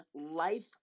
life